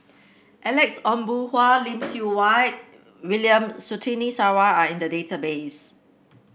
Alex Ong Boon Hau Lim Siew Wai William Surtini Sarwan are in the database